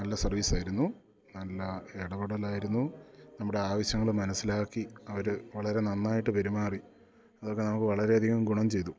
നല്ല സർവ്വീസായിരുന്നു നല്ല ഇടപെടലായിരുന്നു നമ്മുടെ ആവശ്യങ്ങൾ മനസ്സിലാക്കി അവർ വളരെ നന്നായിട്ട് പെരുമാറി അതൊക്കെ നമുക്ക് വളരെയധികം ഗുണം ചെയ്തു